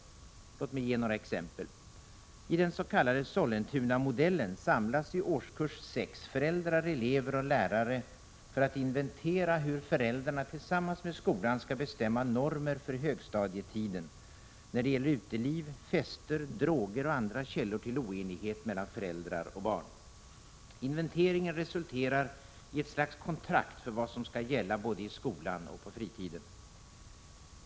Låt mig ge några exempel. I den s.k. Sollentunamodellen samlas i årskurs 6 föräldrar, elever och lärare för att inventera hur föräldrarna tillsammans med skolan skall bestämma normer för högstadietiden när det gäller uteliv, fester, droger och andra källor till oenighet mellan föräldrar och barn. Inventeringen resulterar i ett slags kontrakt för vad som skall gälla både i skolan och på fritiden.